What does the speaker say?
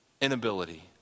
inability